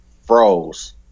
froze